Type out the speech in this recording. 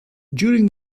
during